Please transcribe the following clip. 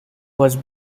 was